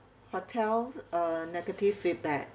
hotel uh negative feedback